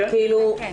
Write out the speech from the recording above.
כן.